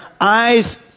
eyes